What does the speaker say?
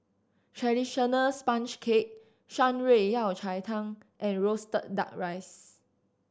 traditional sponge cake Shan Rui Yao Cai Tang and roasted Duck Rice